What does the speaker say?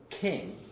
king